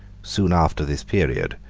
soon after this period,